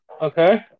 Okay